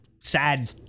sad